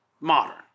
modern